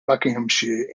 buckinghamshire